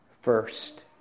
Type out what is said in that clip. First